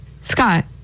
Scott